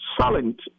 silent